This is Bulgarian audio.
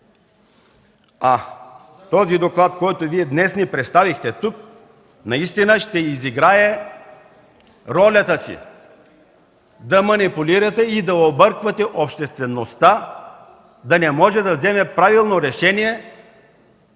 Този доклад, който Вие днес ни представихте тук, наистина ще изиграе ролята си да манипулирате и да обърквате обществеността да не може да вземе правилно решение